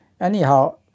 Anyhow